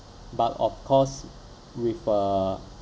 but of course with a